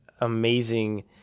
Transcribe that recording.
amazing